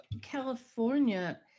California